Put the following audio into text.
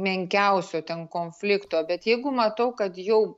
menkiausio ten konflikto bet jeigu matau kad jau